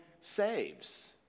saves